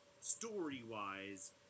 story-wise